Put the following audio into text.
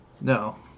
no